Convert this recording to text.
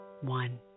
one